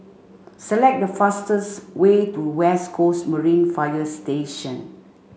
select the fastest way to West Coast Marine Fire Station